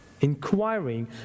inquiring